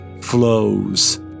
flows